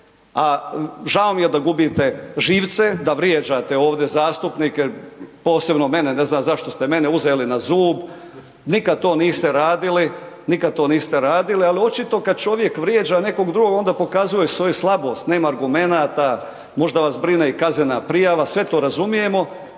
a žao mi je da gubite živce, da vrijeđate ovdje zastupnike, posebno mene, ne znam zašto ste mene uzeli na zub, nikad to niste radili, nikad to niste radili, ali očito kad čovjek vrijeđa nekog drugog onda pokazuje svoju slabost, nema argumenata, možda vas brine i kaznena prijava. Sve to razumijemo,